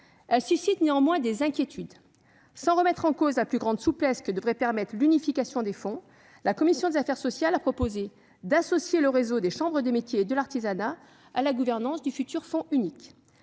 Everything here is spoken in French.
Elle suscite néanmoins certaines inquiétudes. Sans remettre en cause la plus grande souplesse que devrait permettre l'unification des fonds, la commission des affaires sociales a proposé d'associer le réseau des chambres de métiers et de l'artisanat à la gouvernance du futur fonds unique.